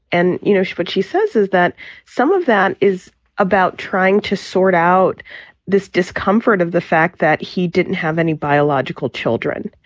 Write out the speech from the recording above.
and you know, what she says is that some of that is about trying to sort out this discomfort of the fact that he didn't have any biological children.